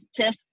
Tiff